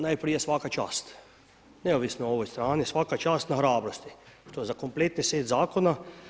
Najprije svaka čast, neovisno o ovoj strani, svaka čast na hrabrosti što za kompletni set zakona.